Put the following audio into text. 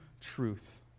truth